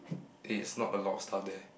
there's not a lot of stuff there